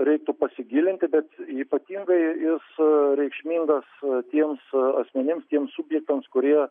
reiktų pasigilinti bet ypatingai jis reikšmingas tiems asmenims tiems subjektams kurie